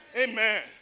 Amen